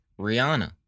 Rihanna